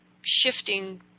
shifting